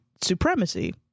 supremacy